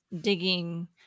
digging